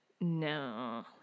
No